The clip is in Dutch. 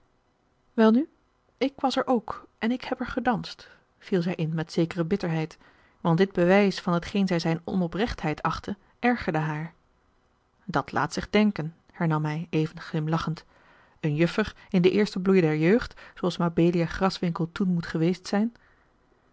welnu ik was er ook en ik heb er gedanst viel zij in met zekere bitterheid want dit bewijs van t geen zij zijne onoprechtheid achtte ergerde haar dat laat zich denken hernam hij even glimlachend eene juffer in den eersten bloei der jeugd zooals mabelia graswinckel toen moet geweest zijn